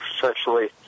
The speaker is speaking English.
sexually